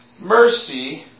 mercy